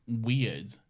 weird